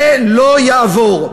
זה לא יעבור.